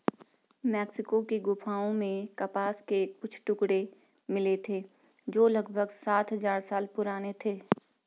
Mexico की गुफाओं में कपास के कुछ टुकड़े मिले थे जो लगभग सात हजार साल पुराने थे